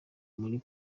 bari